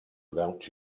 without